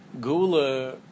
Gula